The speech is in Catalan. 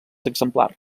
exemplar